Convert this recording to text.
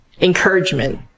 encouragement